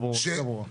הנקודה ברורה.